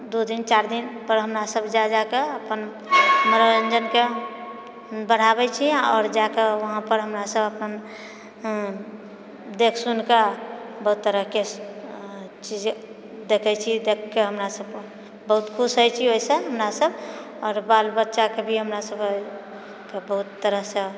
दू दिन चारि दिन पर हमरासभ जा जाकऽ अपन मनोरञ्जनके बढ़ाबए छी आओर जाकऽ वहाँ पर हमरा सभ अपन देखिसुनके बहुत तरहकेँ चीज देखैत छिऐ देखिकेंँ हमरा सभ बहुत खुश होइत छी ओहिसँ हमरा सभ आओर बालबच्चाकेंँ भी हमरा सभ तऽ बहुत तरहसँ